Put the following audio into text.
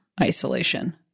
isolation